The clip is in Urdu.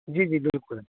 جی جی بالکل